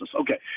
Okay